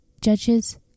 Judges